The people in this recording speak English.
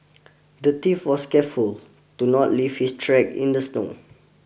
the thief was careful to not leave his track in the snow